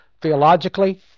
theologically